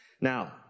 Now